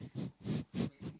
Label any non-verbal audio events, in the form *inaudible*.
*breath*